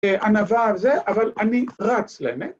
‫הנבה הזה, אבל אני רץ לנה.